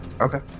Okay